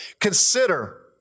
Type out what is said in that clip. Consider